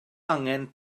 angen